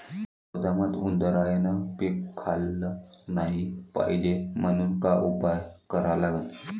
गोदामात उंदरायनं पीक खाल्लं नाही पायजे म्हनून का उपाय करा लागन?